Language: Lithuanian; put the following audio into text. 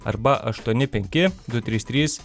arba aštuoni penki du trys trys